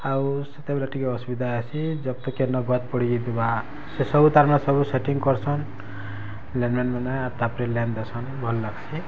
ଆଉ ସେତେବେଲେ ଟିକେ ଅସୁବିଧା ହେସି ଯଦି କେନ୍ ଗଛ୍ ପଡ଼ିଯାଇଥିବା ସେ ସବୁ ତାର୍ମାନେ ସବୁ ସେଟିଂ କର୍ସନ୍ ଲାଇନ୍ ମେନ୍ ମାନେ ଆଉ ତାପରେ ଲାଇନ୍ ଦେସନ୍ ଭଲ୍ ଲାଗ୍ସି